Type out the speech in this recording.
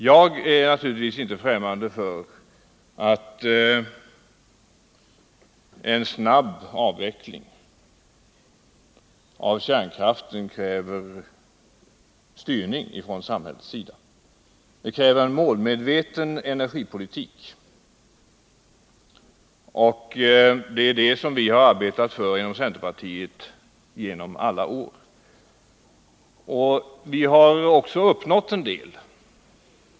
Jag är naturligtvis inte främmande för att en snabb avveckling av kärnkraften kräver styrning från samhällets sida. Det kräver en målmedveten energipolitik, och det är detta som vi arbetat för inom centerpartiet genom alla år. Vi har också uppnått en del.